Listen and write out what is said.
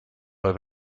bei